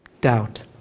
Doubt